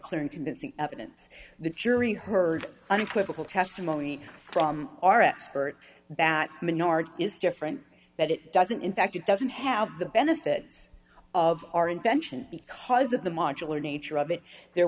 clear and convincing evidence the jury heard unequivocal testimony from our expert that minority is different that it doesn't in fact it doesn't have the benefits of our invention because of the modular nature of it there